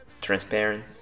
transparent